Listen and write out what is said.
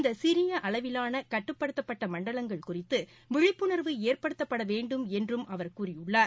இந்த சிறிய அளவிலான கட்டுப்படுத்தப்பட்ட மண்டலங்கள் குறித்து விழிப்புணர்வு ஏற்படுத்தப்பட வேண்டும் என்றும் அவர் கூறியுள்ளார்